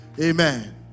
Amen